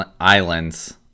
islands